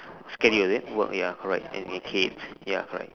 schedule is it work ya correct and your kids ya correct